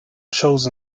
chose